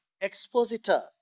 expositor